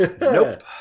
nope